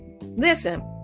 listen